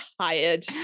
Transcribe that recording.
tired